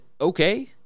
okay